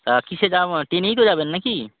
তা কীসে যাওয়া ট্রেনেই তো যাবেন না কি